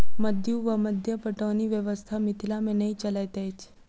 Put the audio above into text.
मद्दु वा मद्दा पटौनी व्यवस्था मिथिला मे नै चलैत अछि